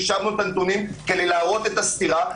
וחישבנו את הנתונים כדי להראות את הסתירה.